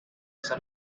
esa